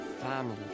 family